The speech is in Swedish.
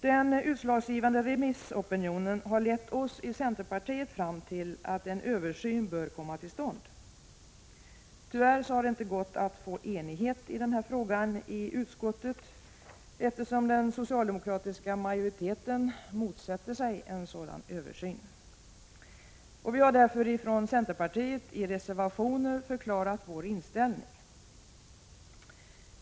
Denna utslagsgivande remissopinion har lett oss i centerpartiet fram till att en översyn bör komma till stånd. Tyvärr har det inte gått att få enighet i denna fråga i utskottet, eftersom den socialdemokratiska majoriteten motsätter sig en sådan översyn. Vi har därför från centerpartiet i reservationer förklarat vår inställning.